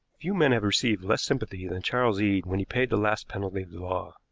few men have received less sympathy than charles eade when he paid the last penalty of the law.